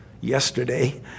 yesterday